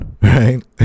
Right